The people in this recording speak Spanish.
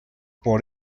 por